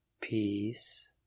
peace